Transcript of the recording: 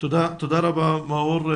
תודה רבה מאור,